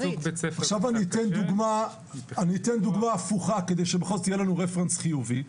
עכשיו אני אתן דוגמה הפוכה כדי שבכל זאת יהיה לנו רפרנס חיובי.